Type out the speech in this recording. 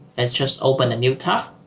let's just open a new top